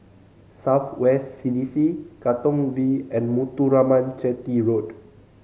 South West C D C Katong V and Muthuraman Chetty Road